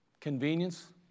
convenience